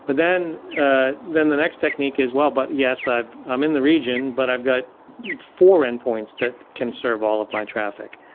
but then ah then the next technique as well, but, yes, i am in the region, but i've got four endpoints that can serve all of my traffic.